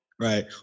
Right